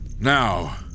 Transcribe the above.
Now